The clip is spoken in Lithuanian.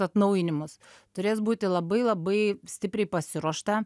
atnaujinimus turės būti labai labai stipriai pasiruošta